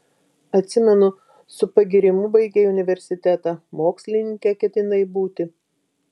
atsimenu su pagyrimu baigei universitetą mokslininke ketinai būti